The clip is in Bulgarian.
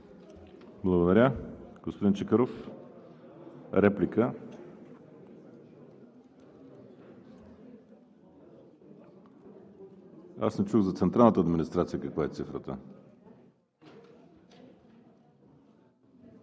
Благодаря. Господин Чакъров, реплика. Аз не чух за централната администрация каква е цифрата.